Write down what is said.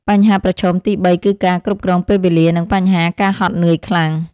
បញ្ហាប្រឈមទី៣ គឺការគ្រប់គ្រងពេលវេលា និងបញ្ហាការហត់នឿយខ្លាំង។